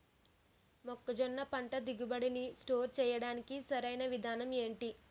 మొక్కజొన్న పంట దిగుబడి నీ స్టోర్ చేయడానికి సరియైన విధానం ఎంటి?